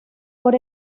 por